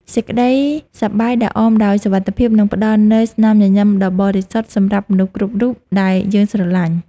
សេចក្តីសប្បាយដែលអមដោយសុវត្ថិភាពនឹងផ្តល់នូវស្នាមញញឹមដ៏បរិសុទ្ធសម្រាប់មនុស្សគ្រប់រូបដែលយើងស្រឡាញ់។